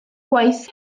gwaith